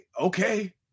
okay